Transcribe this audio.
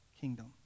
kingdom